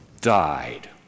died